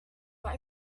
but